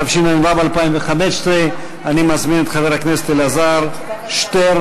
התשע"ו 2015. אני מזמין את חבר הכנסת אלעזר שטרן.